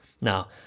Now